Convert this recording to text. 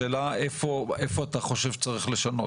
השאלה איפה אתה חושב שצריך לשנות?